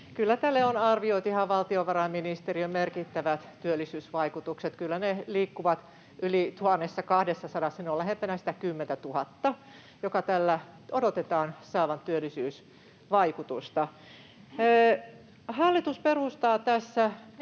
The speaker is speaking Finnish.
Kyllä tälle on arvioitu ihan valtiovarainministeriössä merkittävät työllisyysvaikutukset. Kyllä ne liikkuvat yli 1 200:ssa: se on lähempänä 10 000:ta, mitä tällä odotetaan saatavan työllisyysvaikutusta. Hallitus perustaa tämän